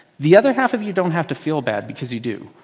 the other half of you don't have to feel bad because you do.